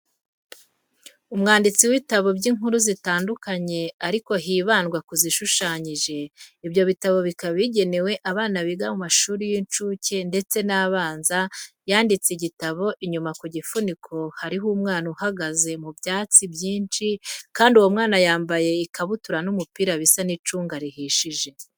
Umwanditsi w'ibitabo by'inkuru zitandukanye ariko hibandwa ku zishushanyije. Ibyo bitabo bikaba bigenewe abana biga mu mashuri y'incuke ndetse n'abanza yanditse igitabo, inyuma ku gifuniko hariho umwana uhagaze mu byatsi byinshi kandi uwo mwana yambaye ikabutura n'umupira bisa n'icunga rihishije.